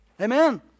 Amen